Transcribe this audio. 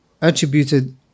attributed